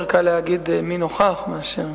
יותר קל להגיד מי נוכח מאשר